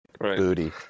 booty